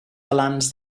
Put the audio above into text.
balanç